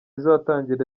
izatangira